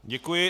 Děkuji.